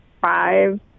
five